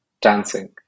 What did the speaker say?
dancing